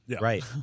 Right